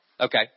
Okay